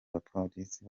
bapolisi